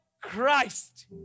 Christ